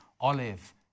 olive